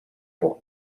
pour